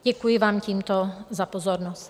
Děkuji vám tímto za pozornost.